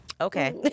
okay